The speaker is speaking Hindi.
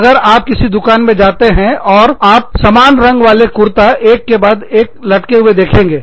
अगर आप किसी दुकान में जाते हैं और आप सामान रंग वाले कुर्ता एक के बाद एक लटके हुए देखेंगे